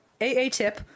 AATIP